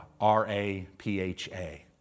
R-A-P-H-A